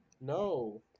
No